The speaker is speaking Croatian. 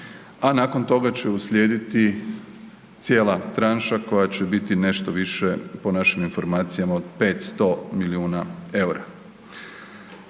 a nakon toga će uslijediti slijediti cijena tranša koja će biti nešto više, po našim informacijama od 500 milijuna eura.